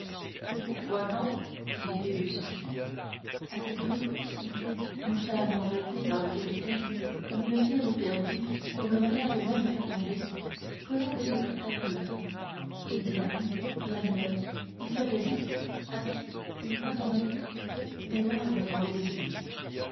pourquoi non dit phoebus à cette réponse nonchalamment jetée par le capitaine comme une pierre perdue qu'on ne regarde même pas tomber colombe se prit à rire et diane et amelotte et fleur de lys à qui il vint en même temps une larme dans les yeux